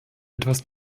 etwas